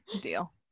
deal